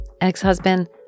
Ex-husband